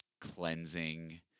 cleansing